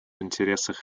интересах